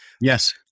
Yes